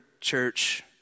church